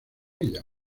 ella